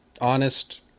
honest